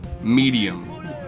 medium